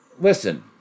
listen